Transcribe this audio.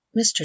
Mr